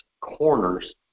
corners